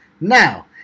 Now